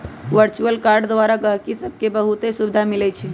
virtual card द्वारा गहकि सभके बहुते सुभिधा मिलइ छै